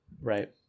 Right